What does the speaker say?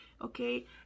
okay